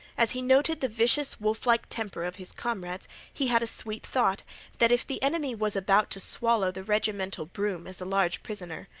as he noted the vicious, wolflike temper of his comrades he had a sweet thought that if the enemy was about to swallow the regimental broom as a large prisoner,